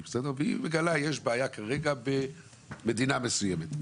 והיא מגלה שיש כרגע בעיה במדינה מסוימת.